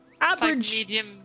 Average